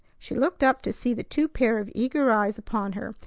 she looked up to see the two pairs of eager eyes upon her,